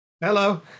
Hello